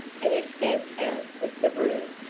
and he stamped out of the room.